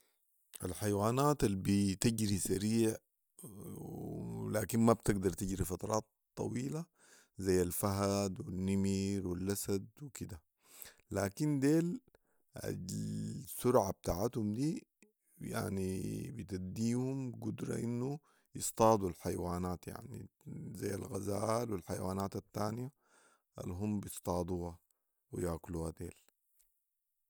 الحيوانات البتجري سريع لكن ما بتقدر تجري فترات طويله ذي الفهد والنمر و الاسد وكده ،لكن ديل السرعه بتاعتهم دي يعني بتديهم قدره انهم يصطادو الحيوانات يعني ذي الغزال والحيوانات التانيه الهم بيصطادوها وياكلوها ديل